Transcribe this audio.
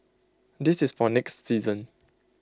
this is for next season